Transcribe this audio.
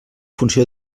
funció